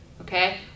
okay